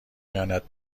خیانت